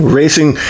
racing